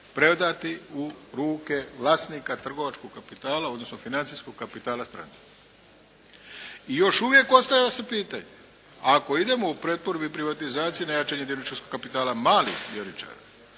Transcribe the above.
predati u ruke vlasnike trgovačkog kapitala, odnosno financijskog kapitala stranke. I još uvijek postavlja se pitanje ako idemo u pretvorbe i privatizacije na jačanje dioničarskog kapitala malih dioničara,